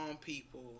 people